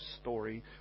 story